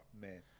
man